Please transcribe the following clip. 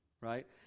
right